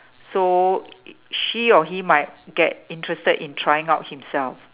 so she or he might get interested in trying out himself